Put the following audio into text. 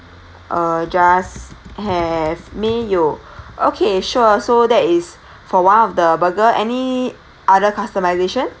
uh just have mayo okay sure so that is for one of the burger any other customisation